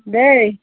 দেই